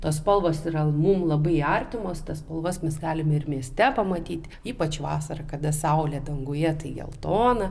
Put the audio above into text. tos spalvos yra mum labai artimos tas spalvas mes galime ir mieste pamatyti ypač vasarą kada saulė danguje tai geltona